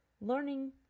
Learning